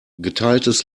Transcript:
geteiltes